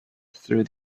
through